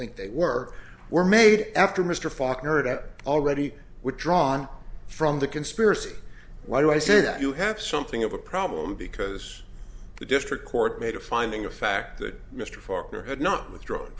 think they were were made after mr faulkner it already withdrawn from the conspiracy why do i say that you have something of a problem because the district court made a finding of fact that mr farquhar had not withdrawn